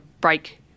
break